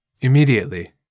Immediately